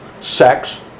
sex